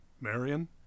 Marion